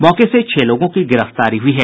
मौके से छह लोगों की गिरफ्तारी हुई है